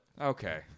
Okay